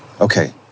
Okay